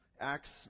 Acts